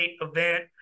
event